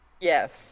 Yes